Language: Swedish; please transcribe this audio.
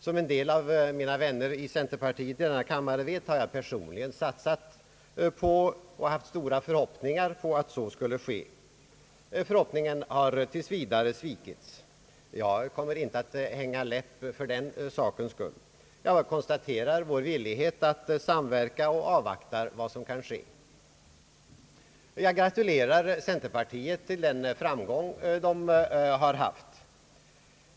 Som en del av mina vänner i centerpartiet i denna kammare vet, har jag personligen satsat på och haft stora förhoppningar om att så skulle ske. Förhoppningen har tills vidare svikits. Jag kommer inte att hänga läpp för den sakens skull; jag konstaterar vår villighet att samverka och avvaktar vad som kan ske. Jag gratulerar centerpartiet till den framgång det har haft.